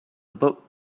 book